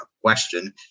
question